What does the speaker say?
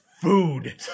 food